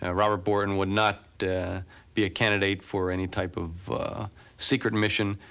ah robert boren would not be a candidate for any type of secret mission.